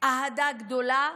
אהדה גדולה,